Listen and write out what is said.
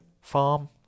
farm